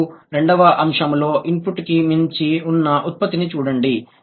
ఇప్పుడు రెండవ అంశంలో ఇన్పుట్కి మించి ఉన్న ఉత్పత్తిని చూడండి